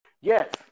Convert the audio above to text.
Yes